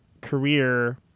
career